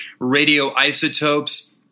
radioisotopes